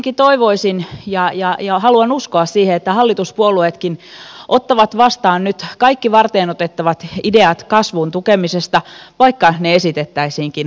ensinnäkin toivoisin ja haluan uskoa siihen että hallituspuolueetkin ottavat vastaan nyt kaikki varteenotettavat ideat kasvun tukemisesta vaikka ne esitettäisiinkin oppositiopuolueesta